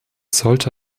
sollte